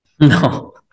no